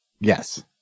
yes